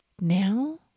now